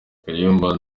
kayumba